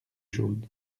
jaune